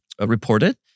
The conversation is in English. reported